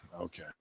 Okay